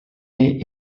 est